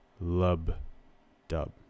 lub-dub